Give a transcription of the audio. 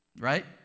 Right